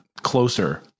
closer